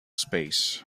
space